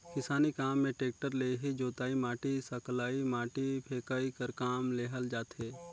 किसानी काम मे टेक्टर ले ही जोतई, माटी सकलई, माटी फेकई कर काम लेहल जाथे